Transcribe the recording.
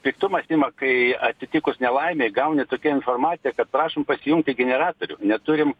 piktumas ima kai atsitikus nelaimei gauni tokią informaciją kad prašom pasijungti generatorių neturim